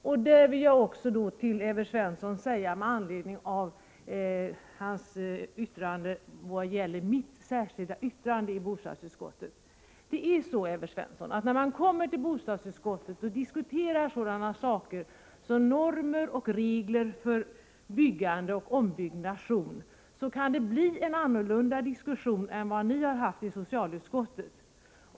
I detta sammanhang vill jag också med anledning av vad Evert Svensson sade om mitt särskilda yttrande som finns fogat till bostadsutskottets betänkande säga, att det i fråga om sådana saker som regler och normer för byggande och ombyggnation kan bli en annorlunda diskussion i bostadsutskottet än den ni har fört inom socialutskottet.